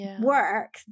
work